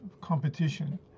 competition